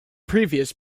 previous